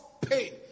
pain